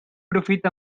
profit